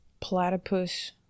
Platypus